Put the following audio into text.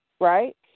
right